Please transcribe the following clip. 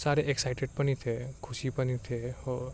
साह्रै एक्साइटेड पनि थिएँ खुसी पनि थिएँ हो